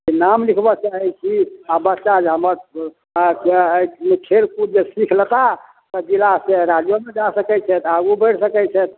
नाम लिखबऽ चाहैत छी आ बच्चा जे हमर खेल कूद जे सीख लेताह तऽ जिला की राज्योमे जा सकै छथि आगू बढ़ि सकै छथि